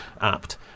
apt